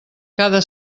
cada